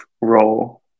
role